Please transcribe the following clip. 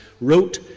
wrote